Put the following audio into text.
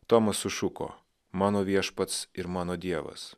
tomas sušuko mano viešpats ir mano dievas